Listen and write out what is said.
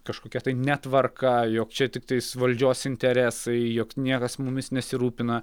kažkokia netvarka jog čia tiktais valdžios interesai jog niekas mumis nesirūpina